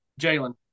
Jalen